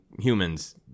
humans